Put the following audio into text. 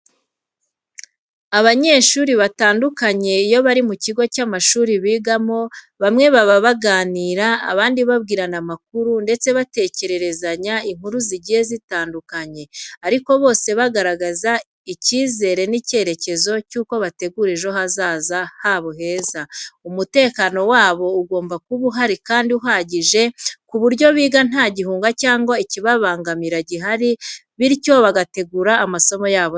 Abanyeshuri batandukanye iyo bari mu kigo cy’amashuri bigamo, bamwe baba baganira, abandi babwirana amakuru ndetse batekererezanya inkuru zigiye zitandukanye ariko bose bagaragaza ikizere n’icyerekezo cy'uko bategura ejo hazaza habo heza. Umutekano wabo ugomba kuba uhari kandi uhagije ku buryo biga nta gihunga cyangwa ikibabangamira gihari bityo bagategura amasomo yabo neza.